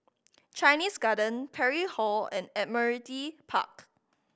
Chinese Garden Parry Hall and Admiralty Park